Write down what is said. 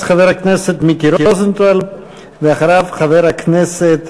חבר הכנסת מיקי רוזנטל, ואחריו, חבר הכנסת